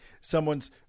someone's